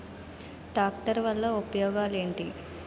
Tractor వల్ల ఉపయోగాలు ఏంటీ?